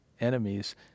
enemies